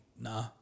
Nah